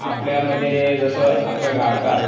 आपल्यामध्ये जसं आपल्या भारतात